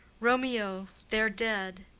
romeo, there dead,